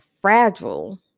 fragile